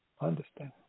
understand